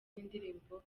n’indirimbo